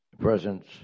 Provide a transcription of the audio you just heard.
Presence